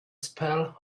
spell